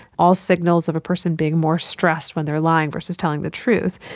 all signals of a person being more stressed when they are lying versus telling the truth.